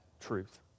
truth